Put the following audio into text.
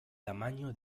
tamaño